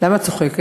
למה את צוחקת?